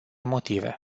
motive